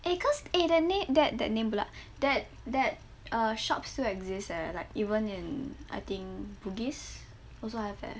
eh cause eh that that name blood that that err shop still exist eh even in I think bugis also have leh